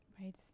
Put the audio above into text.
Right